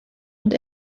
und